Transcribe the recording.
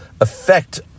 affect